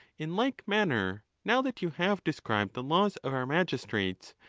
in like manner, now that you have described the laws of our magis trates,